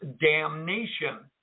damnation